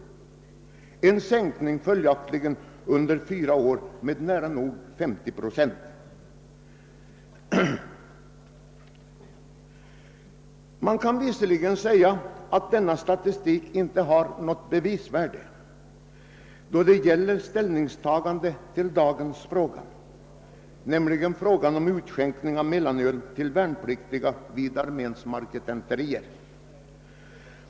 Det har följaktligen under fyra år skett en minskning av försäljningen med nära 50 procent. Det kan visserligen sägas att denna statistik inte har någon avgörande betydelse för ställningstagandet till dagens fråga, som gäller införande av mellanölsutskänkning till värnpliktiga vid arméns marketenterier.